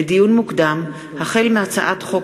לדיון מוקדם: החל בהצעת חוק